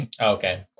Okay